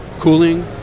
cooling